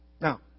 Now